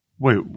Wait